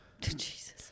Jesus